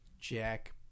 Jack